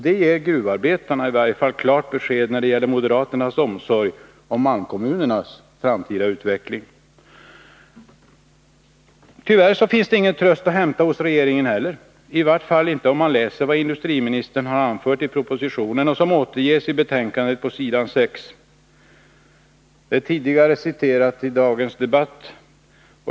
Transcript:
Det ger gruvarbetarna i varje fall klart besked när det gäller moderaternas omsorg om malmkommunernas framtida utveckling. Tyvärr finns det ingen tröst att hämta hos regeringen heller, i varje fall inte om man läser det som industriministern anför i propositionen och som återges i betänkandet på s. 6. Det har tidigare citerats i dagens debatt.